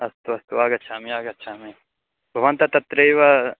अस्तु अस्तु आगच्छामि आगच्छामि भवन्तः तत्रैव